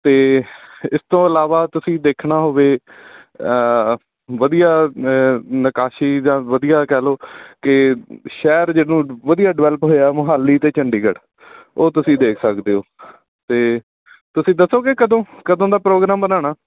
ਅਤੇ ਇਸ ਤੋਂ ਇਲਾਵਾ ਤੁਸੀਂ ਦੇਖਣਾ ਹੋਵੇ ਵਧੀਆ ਨਿਕਾਸੀ ਜਾਂ ਵਧੀਆ ਕਹਿ ਲਉ ਕਿ ਸ਼ਹਿਰ ਜਿਹਨੂੰ ਵਧੀਆ ਡਿਵੈਲਪ ਹੋਇਆ ਮੋਹਾਲੀ ਅਤੇ ਚੰਡੀਗੜ੍ਹ ਉਹ ਤੁਸੀਂ ਦੇਖ ਸਕਦੇ ਹੋ ਅਤੇ ਤੁਸੀਂ ਦੱਸੋਗੇ ਕਦੋਂ ਕਦੋਂ ਦਾ ਪ੍ਰੋਗਰਾਮ ਬਣਾਉਣਾ